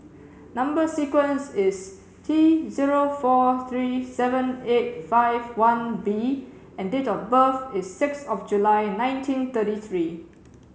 number sequence is T zero four three seven eight five one B and date of birth is six of July nineteen thirty three